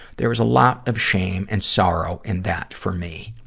there was a lot of shame and sorrow in that for me.